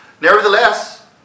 Nevertheless